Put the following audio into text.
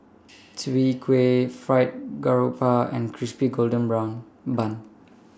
Chwee Kueh Fried Garoupa and Crispy Golden Brown Bun